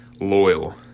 loyal